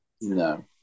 No